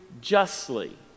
justly